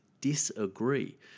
disagree